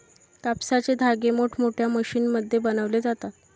कापसाचे धागे मोठमोठ्या मशीनमध्ये बनवले जातात